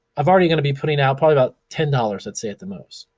i've already gonna be putting out probably about ten dollars let's say, at the most.